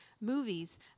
movies